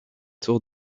tour